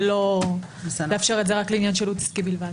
ולא לאפשר את זה רק לעניין שילוט עסקי בלבד.